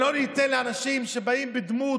שלו למען הלגיטימיות שהוא מבקש להשיג,